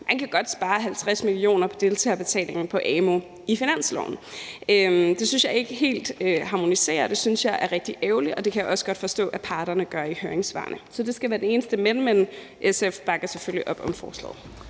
Man kan godt spare 50 mio. kr. på deltagerbetalingen på amu i finansloven. Det synes jeg ikke helt harmonerer, og det synes jeg er rigtig ærgerligt, og det kan jeg også godt forstå at parterne gør i høringssvarene. Så det skal være det eneste men, men SF bakker selvfølgelig op om forslaget.